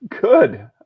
good